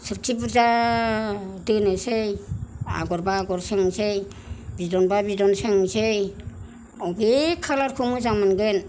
सोरखि बुरजा दोनोसै आगरबा आगर सोंनोसै बिदनबा बिदन सोंसै अबे खालार खौ मोजां मोनगोन